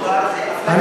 זו אפליה, כבוד סגן השר.